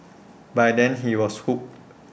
by then he was hooked